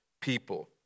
people